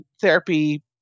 therapy